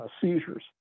seizures